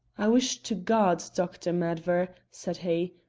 i wish to god, dr. madver, said he,